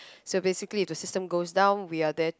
so basically if the system goes down we are there to